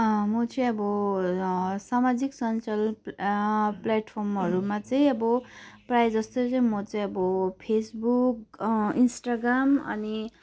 म चाहिँ अब सामाजिक सन्जाल प्लेटफर्महरूमा चाहिँ अब प्रायःजस्तो चाहिँ म चाहिँ अब फेसबुक इन्स्टाग्राम अनि